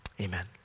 amen